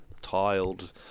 tiled